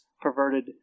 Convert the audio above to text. perverted